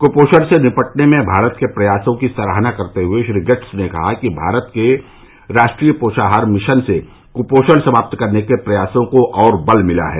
क्पोषण से निपटने में भारत के प्रयासों की सराहना करते हुए श्री गेट्स ने कहा कि भारत के राष्ट्रीय पोषाहार मिशन से कुपोषण समाप करने के प्रयासों को और बल मिला है